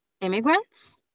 immigrants